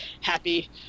happy